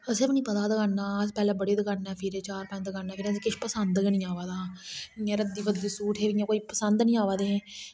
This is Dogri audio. असें गी बी नेईं पता हा दकानें दा अस पैहले बड़ी दकानें फिरे चार पंज दकानें फिरे किश पसंद गै नेईं अबा दा हा इयां रद्दी फद्दी सूट हे इयां कोई पसंद नेई अबा दे हे